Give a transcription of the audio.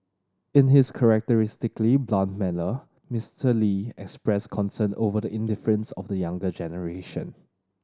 in his characteristically blunt manner Mister Lee expressed concern over the indifference of the younger generation